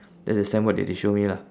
that's the signboard that they show me lah